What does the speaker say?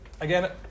again